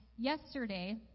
Yesterday